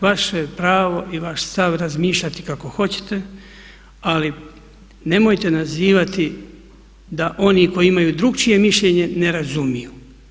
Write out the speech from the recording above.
Vaše pravo i vaš stav razmišljati kako hoćete ali nemojte nazivati da oni koji imaju drukčije mišljenje ne razumiju.